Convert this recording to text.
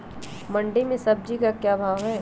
मंडी में सब्जी का क्या भाव हैँ?